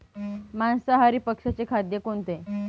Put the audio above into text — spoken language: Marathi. मांसाहारी पक्ष्याचे खाद्य कोणते?